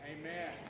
Amen